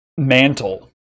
Mantle